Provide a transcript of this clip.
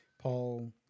Paul